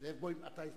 זאב בוים, אתה התווספת.